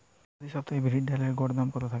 প্রতি সপ্তাহে বিরির ডালের গড় দাম কত থাকে?